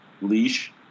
leash